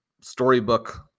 storybook